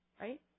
Right